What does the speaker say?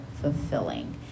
fulfilling